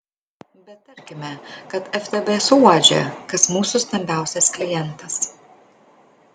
bet tarkime kad ftb suuodžia kas mūsų stambiausias klientas